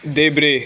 देब्रे